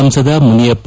ಸಂಸದ ಮುನಿಯಪ್ಪ